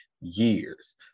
years